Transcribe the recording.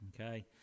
okay